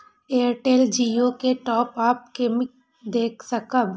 Airtel Jio के top up के देख सकब?